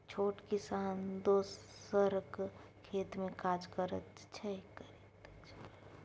छोट किसान दोसरक खेत मे काज करैत छै